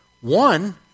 One